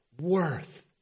worth